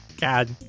God